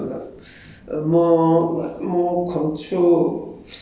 as I was there